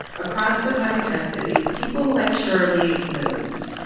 across the five test cities, people like shirley moved,